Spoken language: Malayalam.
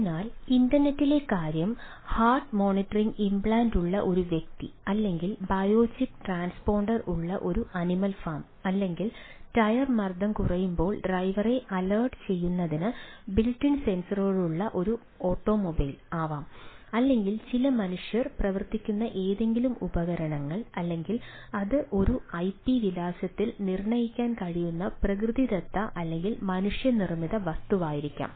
അതിനാൽ ഇൻറർനെറ്റിലെ കാര്യം ഹാർട്ട് മോണിറ്ററിംഗ് ഇംപ്ലാന്റ് ഉള്ള ഒരു വ്യക്തി അല്ലെങ്കിൽ ബയോചിപ്പ് ട്രാൻസ്പോണ്ടർ ഉള്ള ഒരു അനിമൽ ഫാം അല്ലെങ്കിൽ ടയർ മർദ്ദം കുറയുമ്പോൾ ഡ്രൈവറെ അലേർട്ട് ചെയ്യുന്നതിന് ബിൽറ്റ് ഇൻ സെൻസറുകളുള്ള ഒരു ഓട്ടോമൊബൈൽ ആകാം അല്ലെങ്കിൽ ചില മനുഷ്യർ പ്രവർത്തിപ്പിക്കുന്ന ഏതെങ്കിലും ഉപകരണങ്ങൾ അല്ലെങ്കിൽ അത് ഒരു ഐപി വിലാസത്തിൽ നിർണ്ണയിക്കാൻ കഴിയുന്ന പ്രകൃതിദത്ത അല്ലെങ്കിൽ മനുഷ്യനിർമിത വസ്തുവായിരിക്കാം